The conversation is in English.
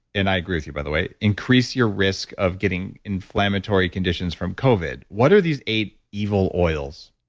and i agree with you, by the way, increase your risk of getting inflammatory conditions from covid. what are these eight evil oils?